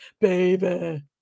baby